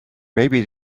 maybe